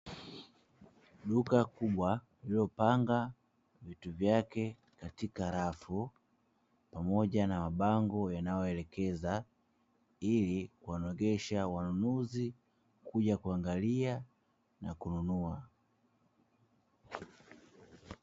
Duka kubwa lililopanga vitu vyake katika rafu, pamoja na mabango yanayoelekeza ili kuwaonesha wanaunuzi na kuja kununua.